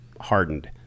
hardened